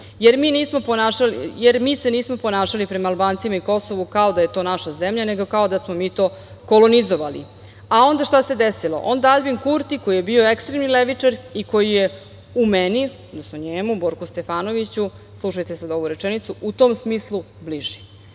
jer mi se nismo ponašali prema Albancima i Kosovu kao da je to naša zemlja, nego kao da smo mi to kolonizovali. Šta se onda desilo? Onda Aljbin Kurti, koji je bio ekstremni levičar i koji je u meni, odnosno njemu, Borku Stefanoviću, slušajte sada ovu rečenicu – u tom smislu bliži.